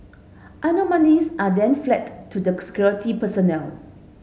anomalies are then flagged to security personnel